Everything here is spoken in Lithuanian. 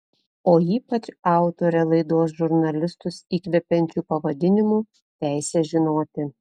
o ypač autorė laidos žurnalistus įkvepiančiu pavadinimu teisė žinoti